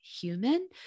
human